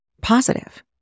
positive